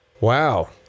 Wow